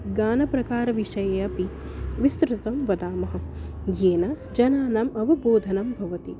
गानप्रकारविषये अपि विस्तृतं वदामः येन जनानाम् अवबोधनं भवति